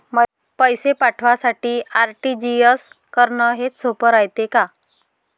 पैसे पाठवासाठी आर.टी.जी.एस करन हेच सोप रायते का?